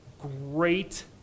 great